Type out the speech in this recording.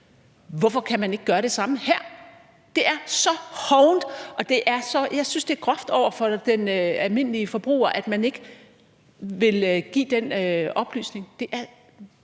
Hvorfor kan man ikke gøre det samme her? Det er så hovent, og jeg synes, at det er groft over for den almindelige forbruger, at man ikke vil give den oplysning.